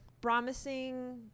promising